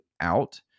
out